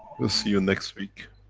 we'll see you next week.